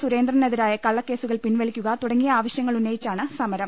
സുരേന്ദ്രനെതിരായ കള്ള ക്കേസുകൾ പിൻവലിക്കുക തുടങ്ങിയ ആവശ്യങ്ങൾ ഉന്നയിച്ചാണ് സമരം